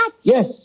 Yes